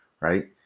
right